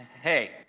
Hey